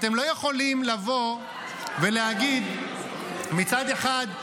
אתם לא יכולים לבוא ולהגיד מצד אחד: